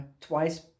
twice